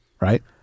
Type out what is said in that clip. right